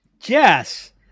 Jess